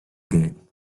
game